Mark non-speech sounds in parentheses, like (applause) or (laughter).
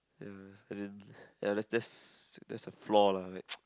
ya as in ya that's that's that's a flaw lah like (noise)